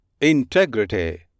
Integrity